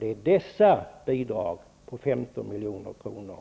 Det är dessa bidrag på 15 milj.kr.